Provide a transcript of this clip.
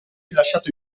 rilasciato